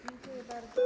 Dziękuję bardzo.